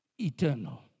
eternal